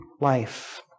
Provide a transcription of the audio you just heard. life